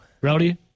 Rowdy